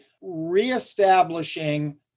reestablishing